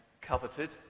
coveted